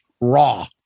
raw